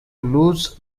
lose